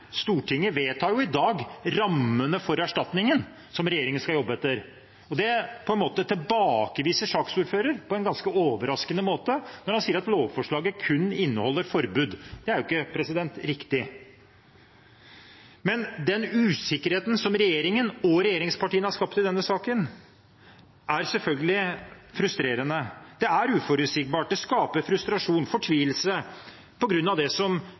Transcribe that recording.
Stortinget vedtar jo i dag rammene for erstatningen som regjeringen skal jobbe etter. Det tilbakeviser saksordføreren på en ganske overraskende måte når han sier at lovforslaget inneholder kun forbud. Det er jo ikke riktig. Den usikkerheten som regjeringen og regjeringspartiene har skapt i denne saken, er selvfølgelig frustrerende. Det er uforutsigbart, det skaper frustrasjon og fortvilelse, på grunn av det som